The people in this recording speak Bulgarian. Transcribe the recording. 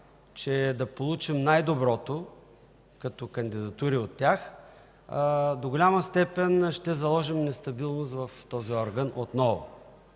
че да получим най-доброто като кандидатури от тях, до голяма степен ще заложим нестабилност в този орган отново.